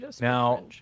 Now